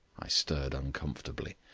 i stirred uncomfortably.